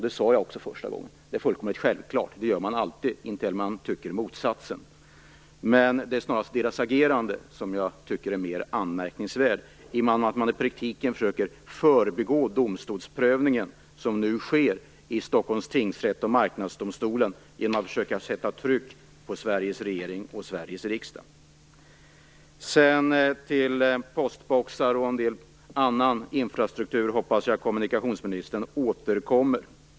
Det sade jag också första gången. Det är fullkomligt självklart. Det gör man alltid, intill dess att man tycker motsatsen. Det är snarast dess agerande jag tänker på. Detta är mera anmärkningsvärt, i och med att man i praktiken försöker förbigå den domstolsprövning som nu sker i Stockholms tingsrätt och i Marknadsdomstolen genom att försöka sätta tryck på Sveriges regering och Jag hoppas att kommunikationsministern återkommer till detta med postboxar och annan infrastruktur.